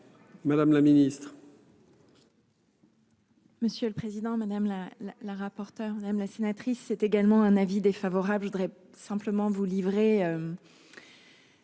Madame la Ministre.